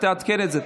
תעדכן את זה.